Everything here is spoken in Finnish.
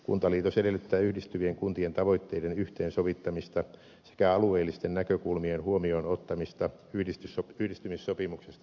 kuntaliitos edellyttää yhdistyvien kuntien tavoitteiden yhteensovittamista sekä alueellisten näkökulmien huomioon ottamista yhdistymissopimuksesta päätettäessä